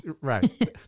right